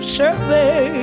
survey